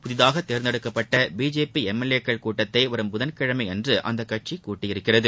புதிதாக தேர்ந்தெடுக்கப்பட்ட BJP M L A க்கள் கூட்டத்தை வரும் புதன்கிழமை அன்று அந்தக் கட்சி கூட்டியிருக்கிறது